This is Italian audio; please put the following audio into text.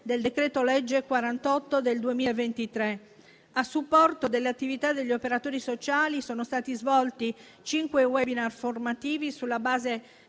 del decreto-legge n. 48 del 2023. A supporto delle attività degli operatori sociali sono stati svolti cinque *webinar* formativi sulla base